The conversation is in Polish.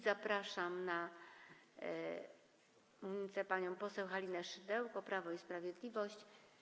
Zapraszam na mównicę panią poseł Halinę Szydełko, Prawo i Sprawiedliwość.